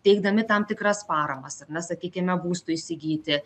teikdami tam tikras paramas ar ne sakykime būstui įsigyti